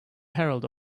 herald